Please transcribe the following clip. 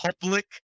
public